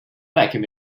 vacuum